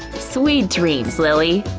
sweet dreams, lilly!